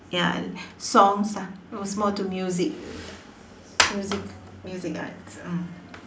ya songs ah it was more to music music music arts mm